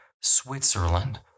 Switzerland